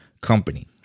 company